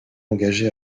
engagé